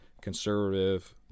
conservative